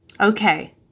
Okay